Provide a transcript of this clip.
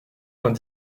vingt